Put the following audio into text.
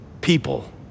people